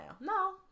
No